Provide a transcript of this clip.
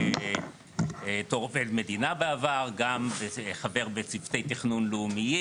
גם בתור עובד מדינה בעבר וגם חבר בצוותי תכנון לאומיים.